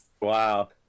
Wow